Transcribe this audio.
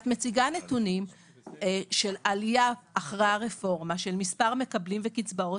את מציגה נתונים של עלייה אחרי הרפורמה של מספר מקבלים וקצבאות,